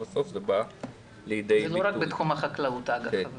אבל בסוף זה בא לידי ביטוי --- זה לא רק בתחום החקלאות דרך אגב.